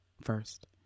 first